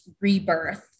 rebirth